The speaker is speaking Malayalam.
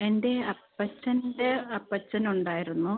എൻ്റെ അപ്പച്ചൻ്റെ അപ്പച്ചനുണ്ടായിരുന്നു